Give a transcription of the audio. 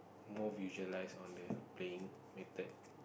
more visualise on the playing method